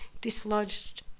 dislodged